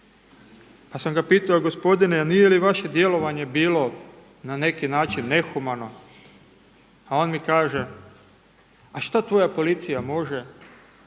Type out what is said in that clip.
Pa sam ga pitao gospodine nije li vaše djelovanje bilo na neki način nehumano? A on mi kaže, a šta tvoja policija može,